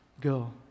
go